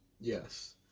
Yes